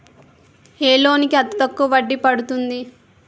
ఏ loan కి అతి తక్కువ వడ్డీ పడుతుంది?